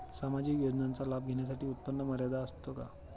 सामाजिक योजनांचा लाभ घेण्यासाठी उत्पन्न मर्यादा असते का?